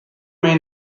may